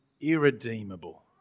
irredeemable